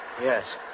Yes